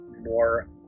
more